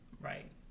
Right